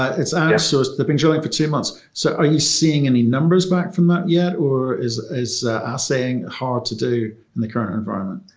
it's outsourced they've been drilling for two months. so are you seeing any numbers back from that yet or is is assaying hard to do in the current environment?